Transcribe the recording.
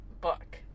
book